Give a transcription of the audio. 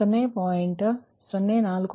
ಆದ್ದರಿಂದ V32 U 1